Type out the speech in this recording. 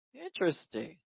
Interesting